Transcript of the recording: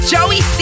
Joey